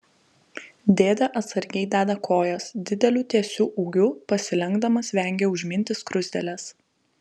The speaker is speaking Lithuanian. dėdė atsargiai deda kojas dideliu tiesiu ūgiu pasilenkdamas vengia užminti skruzdėles